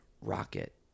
Rocket